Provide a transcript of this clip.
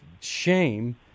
Shame